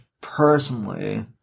personally